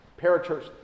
parachurch